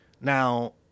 now